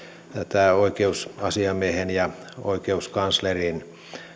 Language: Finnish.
tätä oikeusasiamiehen ja oikeuskanslerin